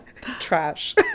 Trash